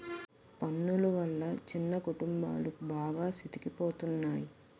పన్నులు వల్ల చిన్న కుటుంబాలు బాగా సితికిపోతున్నాయి